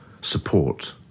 support